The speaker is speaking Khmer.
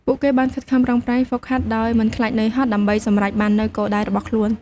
ពួកគេបានខិតខំប្រឹងប្រែងហ្វឹកហាត់ដោយមិនខ្លាចនឿយហត់ ដើម្បីសម្រេចបាននូវគោលដៅរបស់ខ្លួន។